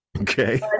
Okay